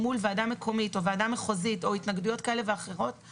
מול ועדה מקומית או ועדה מחוזית או התנגדויות כאלה ואחרות,